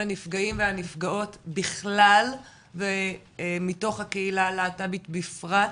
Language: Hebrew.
אל הנפגעים והנפגעות בכלל ומתוך הקהילה הלהט"בית בפרט,